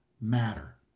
matter